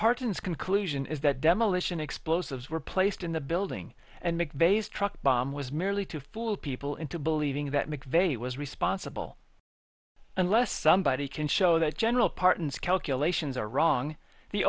parton's conclusion is that demolition explosives were placed in the building and mcveigh's truck bomb was merely to fool people into believing that mcveigh was responsible unless somebody can show that general parton's calculations are wrong the